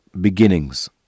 Beginnings